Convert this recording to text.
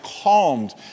calmed